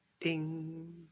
ding